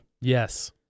Yes